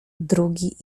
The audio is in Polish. drugi